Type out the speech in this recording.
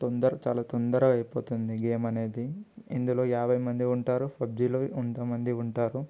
తొందర చాలా తొందర అయిపోతుంది గేమ్ అనేది ఇందులో యాభై మంది ఉంటారు పబ్జిలో వంద మంది ఉంటారు